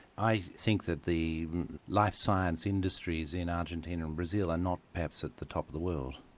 i think that the life science industries in argentina or and brazil are not perhaps at the top of the world.